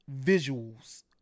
visuals